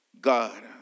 God